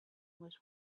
was